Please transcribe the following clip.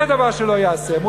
זה דבר שלא ייעשה.